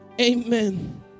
amen